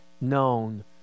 known